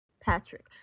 Patrick